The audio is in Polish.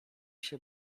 się